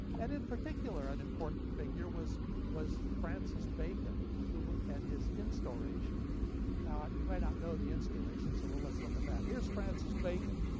and in particular an important figure was was francis bacon and his instauration. now you may not know the instauration so well, let's look at that. here's francis bacon,